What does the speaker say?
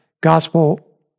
Gospel